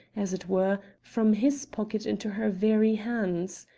as it were, from his pocket into her very hands.